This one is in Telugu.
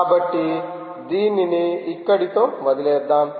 కాబట్టి దీనిని ఇక్కడితో వదిలేద్దాం